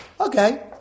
Okay